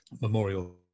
memorial